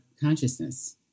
consciousness